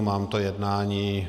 Mám to jednání.